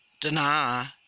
deny